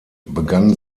begann